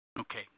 Okay